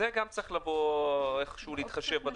גם בדבר הזה צריך להתחשב.